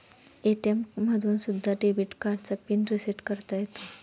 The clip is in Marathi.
ए.टी.एम मधून सुद्धा डेबिट कार्डचा पिन रिसेट करता येतो